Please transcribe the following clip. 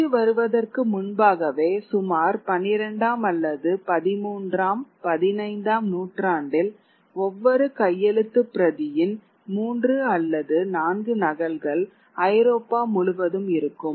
அச்சு வருவதற்கு முன்பாகவே சுமார் 12ஆம் அல்லது 13 ஆம் 15 ஆம் நூற்றாண்டில் ஒவ்வொரு கையெழுத்துப் பிரதியின் 3 அல்லது 4 நகல்கள் ஐரோப்பா முழுவதும் இருக்கும்